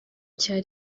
cya